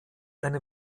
eine